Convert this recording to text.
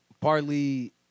partly